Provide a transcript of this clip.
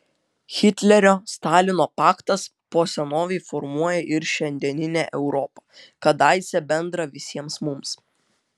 hitlerio stalino paktas po senovei formuoja ir šiandieninę europą kadaise bendrą visiems mums